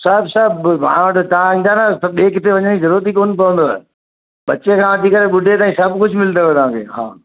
सभु सभु मां वटि तव्हां ईंदा न ॿिए किथे वञण जी ज़रूरत ई कोन पवंदव बच्चे खां वठी करे ॿुढे ताईं सभु कुझु मिलंदव तव्हांखे हा